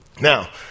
Now